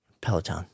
Peloton